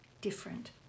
different